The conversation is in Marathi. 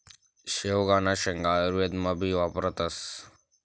शेवगांना शेंगा आयुर्वेदमा भी वापरतस